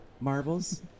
Marbles